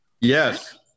yes